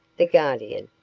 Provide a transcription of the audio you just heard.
the guardian,